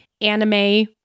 anime